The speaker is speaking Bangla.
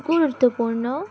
গুরুত্বপূর্ণ